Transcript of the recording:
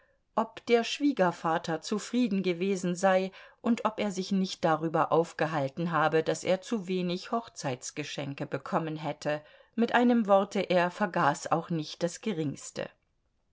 ob der schwiegervater zufrieden gewesen sei und ob er sich nicht darüber aufgehalten habe daß er zu wenig hochzeitsgeschenke bekommen hätte mit einem worte er vergaß auch nicht das geringste